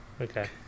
okay